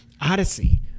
Odyssey